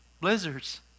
blizzards